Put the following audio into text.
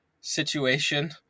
situation